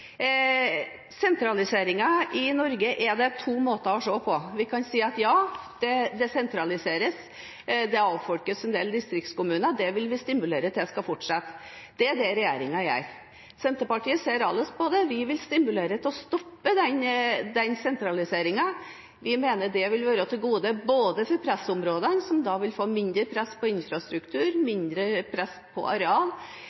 i Norge er det to måter å se på. Vi kan si at det sentraliseres, det avfolkes en del distriktskommuner, det vil vi stimulere til skal fortsette. Det er det regjeringen gjør. Senterpartiet ser annerledes på det. Vi vil stimulere til å stoppe den sentraliseringen. Vi mener det vil være til gode både for pressområdene, som da vil få mindre press på infrastruktur, mindre press på areal.